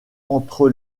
entre